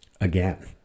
again